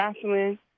Jocelyn